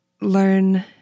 learn